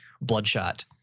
Bloodshot